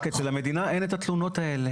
רק שאצל המדינה אין את התלונות האלה